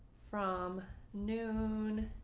from noon.